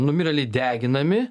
numirėliai deginami